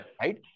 right